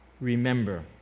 Remember